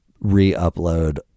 re-upload